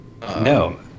no